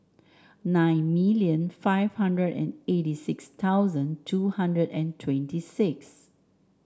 nine million five hundred and eighty six thousand two hundred and twenty six